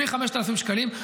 מ-5,000 שקלים.